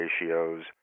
ratios